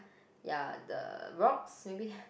ya the rocks maybe